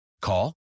Call